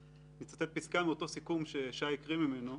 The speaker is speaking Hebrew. אני אצטט פסקה מאותו סיכום ששי סומך הקריא ממנו,